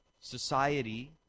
society